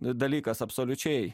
dalykas absoliučiai